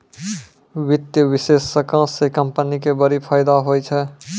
वित्तीय विश्लेषको से कंपनी के बड़ी फायदा होय छै